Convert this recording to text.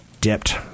dipped